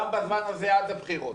גם בזמן הזה עד הבחירות,